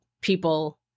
people